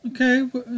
Okay